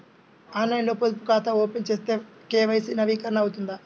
ఆన్లైన్లో పొదుపు ఖాతా ఓపెన్ చేస్తే కే.వై.సి నవీకరణ అవుతుందా?